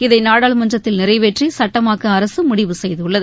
இதை நாடாளுமன்றத்தில் நிறைவேற்றி சட்டமாக்க அரசு முடிவு செய்துள்ளது